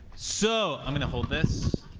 so going to hold this.